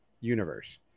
universe